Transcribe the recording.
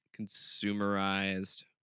consumerized